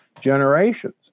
generations